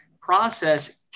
process